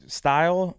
style